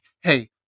hey